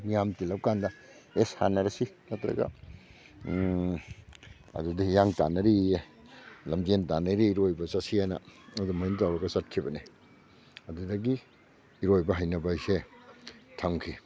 ꯃꯤꯌꯥꯝ ꯇꯤꯜꯂꯛꯄ ꯀꯥꯟꯗ ꯑꯦꯁ ꯁꯥꯟꯅꯔꯁꯤ ꯅꯠꯇ꯭ꯔꯒ ꯑꯗꯨꯗ ꯍꯤꯌꯥꯡ ꯇꯥꯟꯅꯔꯤꯌꯦ ꯂꯝꯖꯦꯟ ꯇꯥꯟꯅꯔꯤ ꯏꯔꯣꯏꯕ ꯆꯠꯁꯤ ꯍꯥꯏꯅ ꯑꯗꯨꯃꯥꯏꯅ ꯇꯧꯔꯒ ꯆꯠꯈꯤꯕꯅꯤ ꯑꯗꯨꯗꯒꯤ ꯏꯔꯣꯏꯕ ꯍꯩꯅꯕ ꯍꯥꯏꯁꯦ ꯊꯝꯈꯤ